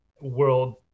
world